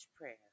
Prayer